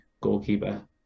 goalkeeper